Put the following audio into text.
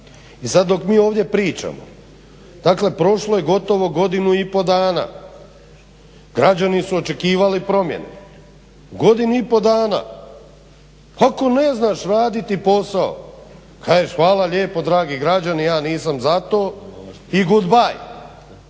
I sad dok mi ovdje pričamo, dakle prošlo je gotovo godinu i po dana, građani su očekivali promjenu. U godini i po dana ako ne znaš raditi posao kažeš hvala lijepo dragi građani ja nisam za to i goodbye